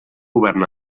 govern